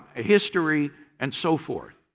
ah history and so forth.